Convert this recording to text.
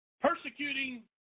persecuting